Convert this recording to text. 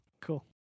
Cool